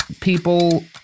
people